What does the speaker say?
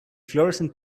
florescent